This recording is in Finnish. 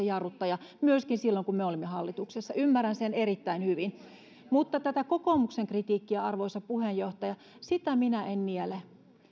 jarruttaja myöskin silloin kun me olimme hallituksessa ymmärrän sen erittäin hyvin mutta tätä kokoomuksen kritiikkiä arvoisa puheenjohtaja minä en niele